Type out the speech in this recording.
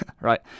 right